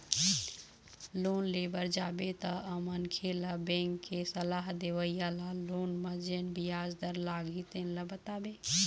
loan ले बर जाबे तअमनखे ल बेंक के सलाह देवइया ह लोन म जेन बियाज दर लागही तेन ल बताथे